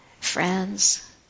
friends